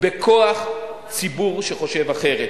בכוח ציבור שחושב אחרת.